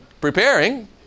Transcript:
Preparing